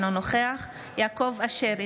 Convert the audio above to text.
אינו נוכח יעקב אשר,